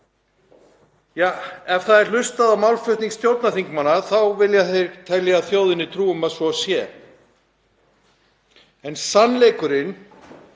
til lands? Ef hlustað er á málflutning stjórnarþingmanna þá vilja þeir telja þjóðinni trú um að svo sé en sannleikurinn